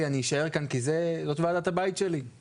אני אישאר כאן כי זאת וועדת הבית שלי.